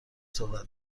صحبت